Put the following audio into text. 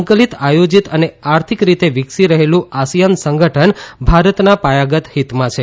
સંકલિત આયોજીત અને આર્થિક રીતે વિકસી રહેલું આસિયન સંગઠન ભારતના પાયાગત ફીતમાં છે